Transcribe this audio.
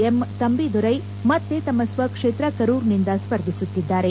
M Thambidurai ಮತ್ತೆ ತಮ್ಮ ಸ್ವ ಕ್ಷೇತ್ರ ಕರೂರ್ ನಿಂದ ಸ್ಪರ್ಧಿಸುತ್ತಿದ್ದಾರೆ